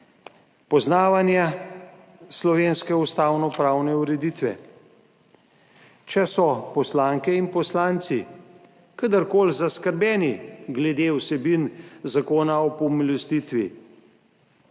poznavanja slovenske ustavno pravne ureditve. Če so poslanke in poslanci kadarkoli zaskrbljeni glede vsebin Zakona o pomilostitvi,